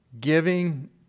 Giving